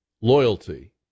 loyalty